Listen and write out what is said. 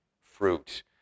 fruit